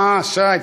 אה, שי.